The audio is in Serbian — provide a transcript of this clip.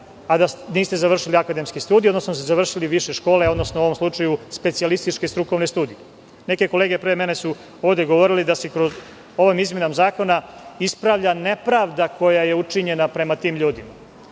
a da niste završili akademske studije, odnosno da ste završili više škole, odnosno u ovom slučaju specijalističke strukovne studije. Neke kolege pre mene su ovde govorile da se ovom izmenom zakona ispravlja nepravda koja je učinjena prema tim ljudima,